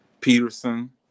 Peterson